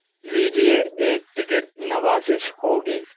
لیجیے ایک ٹکٹ نوازش ہوگی